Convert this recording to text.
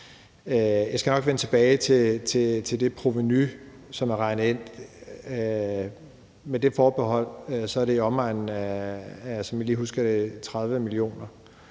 Jeg skal nok vende tilbage til det provenu, som er regnet ind, og med forbehold for det vil jeg sige, at det er